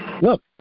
look